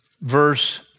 verse